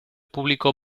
público